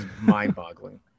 mind-boggling